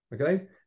Okay